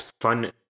Fun